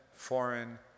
foreign